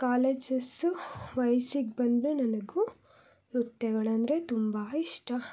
colleges ವಯ್ಸಿಗೆ ಬಂದರೆ ನನಗೂ ನೃತ್ಯಗಳೆಂದರೆ ತುಂಬ ಇಷ್ಟ